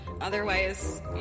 otherwise